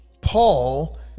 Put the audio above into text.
paul